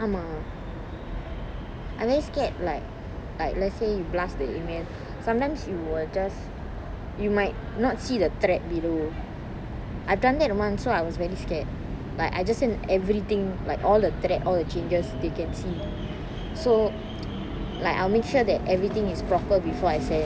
ஆமா:aama I very scared like like let's say you blast the email sometimes you will just you might not see the thread below I've done that once so I was very scared like I just send everything like all the thread all the changes they can see so like I'll make sure that everything is proper before I send